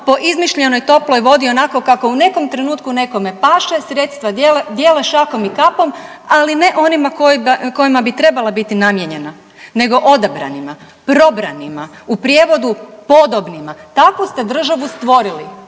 po izmišljenoj toploj vodi onako kako u nekom trenutku nekome paše, sredstva dijele šakom i kapom, ali ne onima kojima bi trebala biti namijenjena, nego odabranima, probranima. U prijevodu, podobnima. Takvu ste državu stvorili